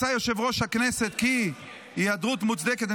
מצא יושב-ראש הכנסת כי ההיעדרות מוצדקת" אני